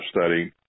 study